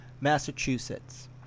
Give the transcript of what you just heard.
Massachusetts